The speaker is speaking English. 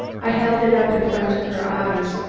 i held it up in front of her eyes.